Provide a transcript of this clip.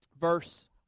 Verse